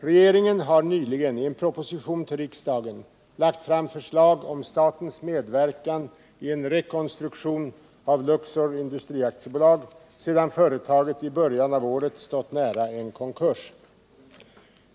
Regeringen har nyligen i en proposition till riksdagen lagt fram förslag om statens medverkan i en rekonstruktion av Luxor Industri AB sedan företaget i början av året stått nära en konkurs.